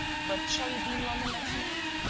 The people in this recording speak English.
but shall you be in london next month?